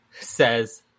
says